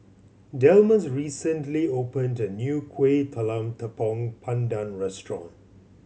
Delmus recently opened a new Kueh Talam Tepong Pandan restaurant